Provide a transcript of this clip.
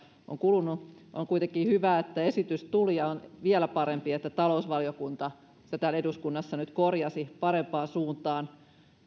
on kulunut jonkun aikaa on kuitenkin hyvä että esitys tuli ja on vielä parempi että talousvaliokunta sitä täällä eduskunnassa nyt korjasi parempaan suuntaan